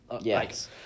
Yes